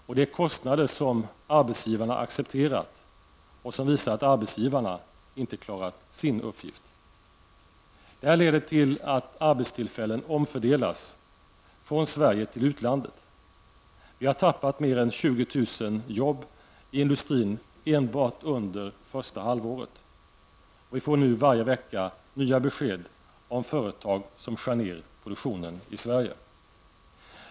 Det är kostnader som arbetsgivarna accepterat och som visar att arbetsgivarna inte klarat sin uppgift. Detta leder till att arbetstillfällen omfördelas från Sverige till utlandet. Vi har tappat mer än 20 000 jobb i industrin enbart under första halvåret. Vi får nu varje vecka nya besked om företag som skär ner produktionen i Sverige.